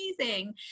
Amazing